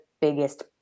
biggest